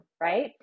right